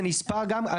זה נספר גם,